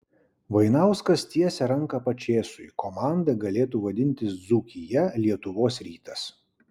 vainauskas tiesia ranką pačėsui komanda galėtų vadintis dzūkija lietuvos rytas